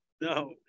No